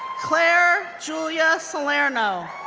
clare julia salerno,